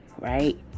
right